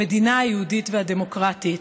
המדינה היהודית והדמוקרטית.